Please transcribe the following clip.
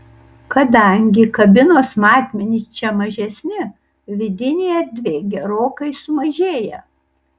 kadangi kabinos matmenys čia mažesni vidinė erdvė gerokai sumažėja